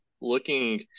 looking